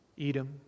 Edom